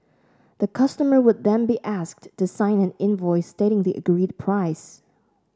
the customer would then be asked to sign an invoice stating the agreed price